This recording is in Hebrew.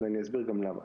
ואני אסביר גם למה.